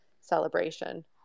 celebration